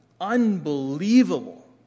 unbelievable